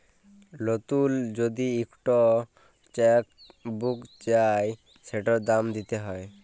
লতুল যদি ইকট চ্যাক বুক চায় সেটার দাম দ্যিতে হ্যয়